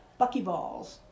buckyballs